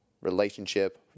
relationship